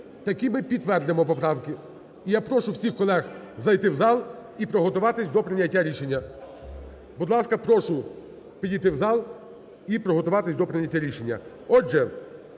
такі ми і підтвердимо поправки. І я прошу всіх колег зайти в зал і приготуватись до прийняття рішення. Будь ласка, прошу підійти в зал і приготуватись до прийняття рішення.